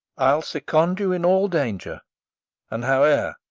i ll second you in all danger and howe'er,